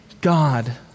God